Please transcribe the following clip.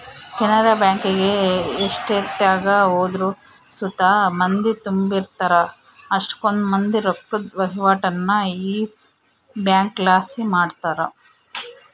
ಕೆನರಾ ಬ್ಯಾಂಕಿಗೆ ಎಷ್ಟೆತ್ನಾಗ ಹೋದ್ರು ಸುತ ಮಂದಿ ತುಂಬಿರ್ತಾರ, ಅಷ್ಟಕೊಂದ್ ಮಂದಿ ರೊಕ್ಕುದ್ ವಹಿವಾಟನ್ನ ಈ ಬ್ಯಂಕ್ಲಾಸಿ ಮಾಡ್ತಾರ